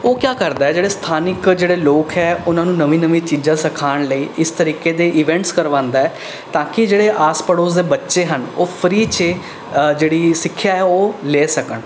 ਉਹ ਕਿਆ ਕਰਦਾ ਹੈ ਜਿਹੜੇ ਸਥਾਨਕ ਜਿਹੜੇ ਲੋਕ ਹੈ ਉਹਨਾਂ ਨੂੰ ਨਵੀਂ ਨਵੀਂ ਚੀਜ਼ਾਂ ਸਿਖਾਉਣ ਲਈ ਇਸ ਤਰੀਕੇ ਦੇ ਇਵੈਂਟਸ ਕਰਵਾਉਂਦਾ ਹੈ ਤਾਂ ਕਿ ਜਿਹੜੇ ਆਸ ਪੜੋਸ ਦੇ ਬੱਚੇ ਹਨ ਉਹ ਫਰੀ 'ਚ ਜਿਹੜੀ ਸਿੱਖਿਆ ਹੈ ਉਹ ਲੈ ਸਕਣ